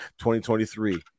2023